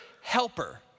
helper